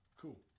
cool